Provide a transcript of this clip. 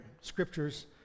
scriptures